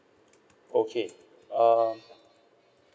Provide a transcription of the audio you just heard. okay um